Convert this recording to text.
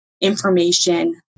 information